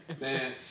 Man